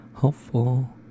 helpful